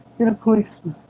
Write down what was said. get a policeman